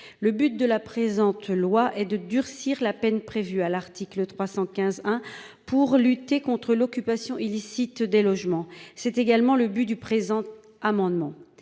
Le but de la présente loi et de durcir la peine prévue à l'article 315 hein pour lutter contre l'occupation illicite des logements, c'est également le but du présent amendement